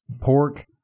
Pork